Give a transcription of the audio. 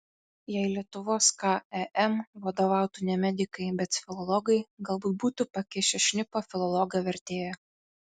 jei lietuvos kam vadovautų ne medikai bet filologai galbūt būtų pakišę šnipą filologą vertėją